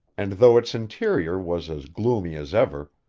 and though its interior was as gloomy as ever,